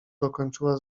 dokończyła